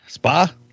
Spa